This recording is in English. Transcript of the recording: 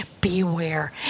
beware